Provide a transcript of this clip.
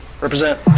Represent